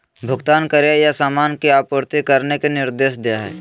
भुगतान करे या सामान की आपूर्ति करने के निर्देश दे हइ